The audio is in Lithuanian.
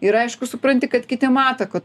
ir aišku supranti kad kiti mato kad